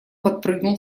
подпрыгнул